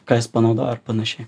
ką jis panaudojo ir panašiai